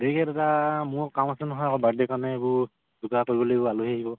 দেৰিকৈ দাদা মোৰ কাম আছে নহয় আকৌ বাৰ্থডে কাৰণে এইবোৰ জোগাৰ কৰিব লাগিব আলহী আহিব